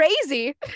Crazy